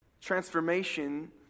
Transformation